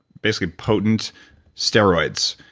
basically potent steroids.